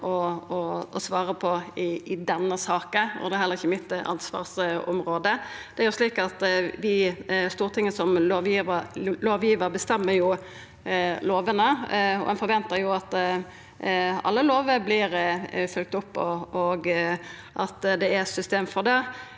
å svara på i denne saka. Det er heller ikkje mitt ansvarsområde. Stortinget som lovgivar bestemmer jo lovene, og ein forventar at alle lover vert følgde opp, og at det er eit system for det.